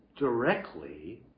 directly